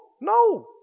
No